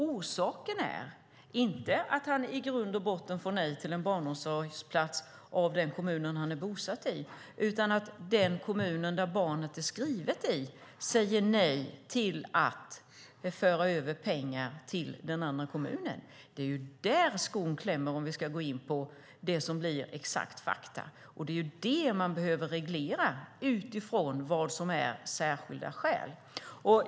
Orsaken är i grund och botten inte att han får nej till en barnomsorgsplats av den kommun där han är bosatt utan att den kommun där barnet är skrivet säger nej till att föra över pengar till den andra kommunen. Det är där skon klämmer, och det är detta man behöver reglera utifrån vad som är särskilda skäl.